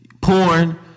porn